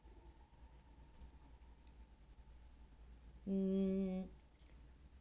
mm